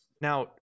Now